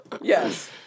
Yes